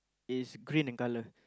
is green in colour